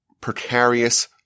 precarious